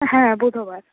হ্যাঁ বুধবার